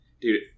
dude